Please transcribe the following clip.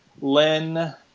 Len